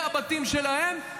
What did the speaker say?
מהבתים שלהם,